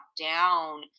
down